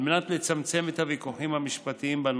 על מנת לצמצם את הוויכוחים המשפטיים בנושא,